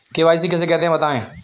KYC किसे कहते हैं बताएँ?